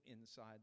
inside